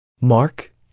Mark